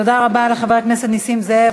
תודה רבה לחבר הכנסת נסים זאב.